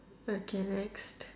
okay next